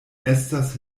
estas